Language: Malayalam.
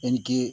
എനിക്ക്